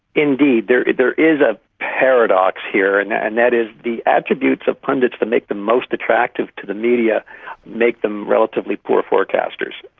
indeed, there there is a paradox here and and that is the attributes of pundits that make them most attracted to the media make them relatively poor forecasters.